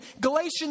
Galatians